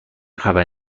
خبری